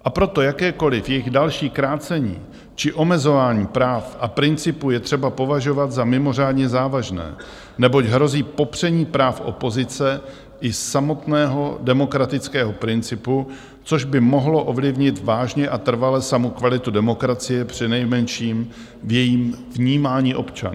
I proto jakékoliv jejich další krácení či omezování práv a principů je třeba považovat za mimořádně závažné, neboť hrozí popření práv opozice i samotného demokratického principu, což by mohlo ovlivnit vážně a trvale samu kvalitu demokracie přinejmenším v jejím vnímání občany.